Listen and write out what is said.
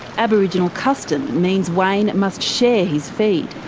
aboriginal custom means wayne must share his feed.